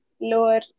lower